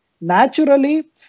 Naturally